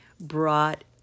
brought